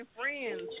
friends